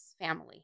family